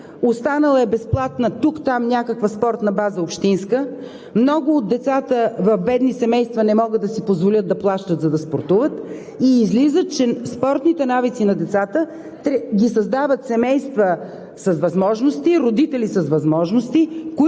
останала някаква безплатна общинска спортна база. Много от децата в бедни семейства не могат да си позволят да плащат, за да спортуват и излиза, че спортните навици на децата ги създават семейства с възможности, родители с възможности, които плащат